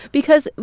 because,